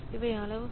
இவை அளவுகள்